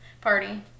party